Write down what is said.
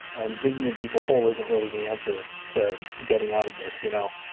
and digging a deeper hole isn't really the answer to getting out of this, you know?